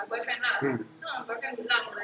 hmm